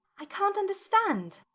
i can't understand